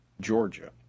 Georgia